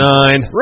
nine